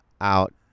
out